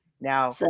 now